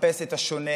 לחפש את השונה,